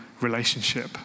relationship